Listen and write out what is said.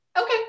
Okay